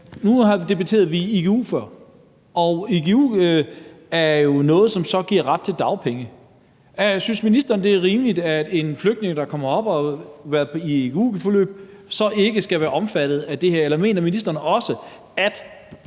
Nu debatterede vi igu før, og igu er jo noget, som så giver ret til dagpenge. Synes ministeren, det er rimeligt, at en flygtning, der kommer herop og har været i et igu-forløb, så ikke skal være omfattet af det her? Eller mener ministeren også, at